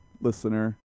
listener